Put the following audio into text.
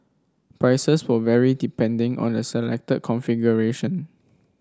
prices will vary depending on the selected configuration